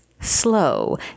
slow